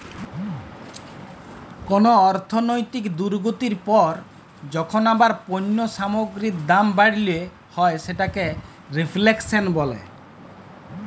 call অর্থলৈতিক দুর্গতির পর যখল আবার পল্য সামগ্গিরির দাম বাড়াল হ্যয় সেটকে রেফ্ল্যাশল ব্যলে